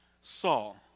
Saul